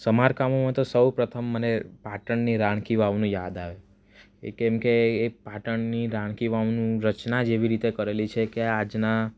સ્મારકોમાં તો સૌપ્રથમ મને પાટણની રાણકી વાવની યાદ આવે કેમ કે એ પાટણની રાણકી વાવની રચના એવી રીતે કરેલી છે કે આજના